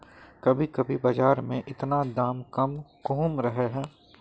कभी कभी बाजार में इतना दाम कम कहुम रहे है?